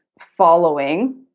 following